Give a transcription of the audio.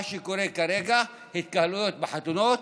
מה שקורה כרגע, התקהלויות בחתונות